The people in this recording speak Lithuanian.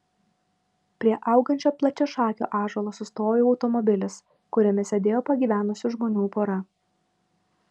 prie augančio plačiašakio ąžuolo sustojo automobilis kuriame sėdėjo pagyvenusių žmonių pora